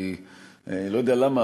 כי לא יודע למה,